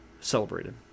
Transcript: celebrated